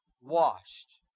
washed